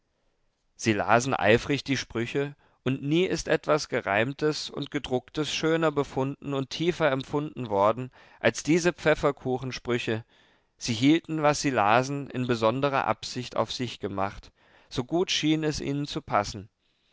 sie lasen eifrig die sprüche und nie ist etwas gereimtes und gedrucktes schöner befunden und tiefer empfunden worden als diese pfefferkuchensprüche sie hielten was sie lasen in besonderer absicht auf sich gemacht so gut schien es ihnen zu passen